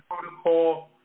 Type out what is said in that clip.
protocol